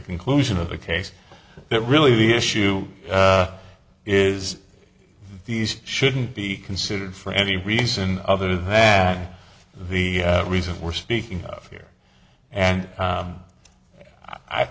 conclusion of the case that really the issue is these shouldn't be considered for any reason other than the reasons we're speaking of here and